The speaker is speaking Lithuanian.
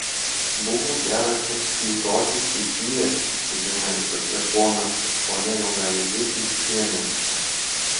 buvo gera čia kiūtoti tik dviese žinai tokie ponas ir ponia jaunavedžiai iš priemiesčio